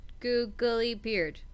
googlybeard